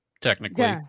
technically